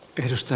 yritystä